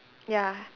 ya